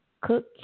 Cook